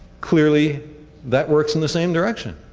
clearly that works in the same direction.